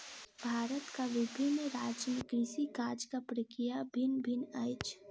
भारतक विभिन्न राज्य में कृषि काजक प्रक्रिया भिन्न भिन्न अछि